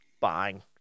bang